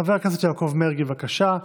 חבר הכנסת יעקב מרגי, בבקשה,